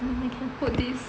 put this